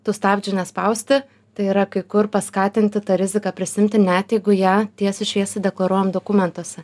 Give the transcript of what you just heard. tų stabdžių nespausti tai yra kai kur paskatinti tą riziką prisiimti net jeigu ją tiesiai šviesiai deklaruojam dokumentuose